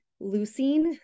leucine